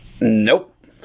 Nope